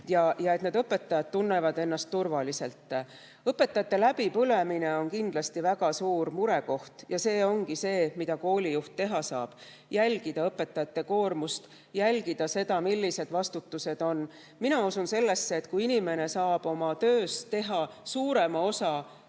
ja et õpetajad tunnevad ennast turvaliselt. Õpetajate läbipõlemine on kindlasti väga suur murekoht ja see ongi see, mida koolijuht teha saab: jälgida õpetajate koormust, jälgida seda, millised vastutused on. Mina usun sellesse, et kui inimesel oma tööd tehes langeb suurem osa